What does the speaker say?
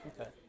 Okay